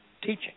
teaching